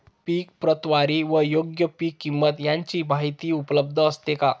पीक प्रतवारी व योग्य पीक किंमत यांची माहिती उपलब्ध असते का?